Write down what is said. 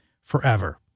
forever